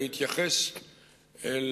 בהתייחס אל